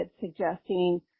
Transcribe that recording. suggesting